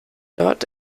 dort